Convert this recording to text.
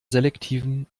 selektiven